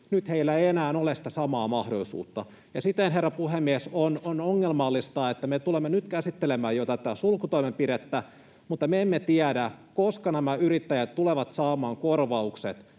Nyt heillä ei enää ole sitä samaa mahdollisuutta. Siten, herra puhemies, on ongelmallista, että me tulemme nyt käsittelemään jo tätä sulkutoimenpidettä mutta me emme tiedä, koska nämä yrittäjät tulevat saamaan korvaukset